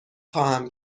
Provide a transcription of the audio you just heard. خواهم